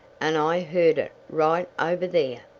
and i heard it right over there!